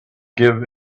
give